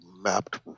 mapped